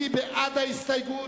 מי בעד ההסתייגות?